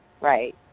Right